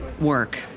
work